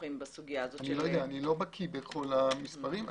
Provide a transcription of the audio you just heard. איני בקי בכל המספרים.